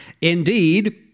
Indeed